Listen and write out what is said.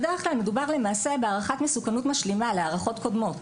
בדרך-כלל מדובר בהערכת מסוכנות משלימה להערכות קודמות,